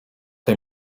tej